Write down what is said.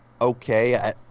okay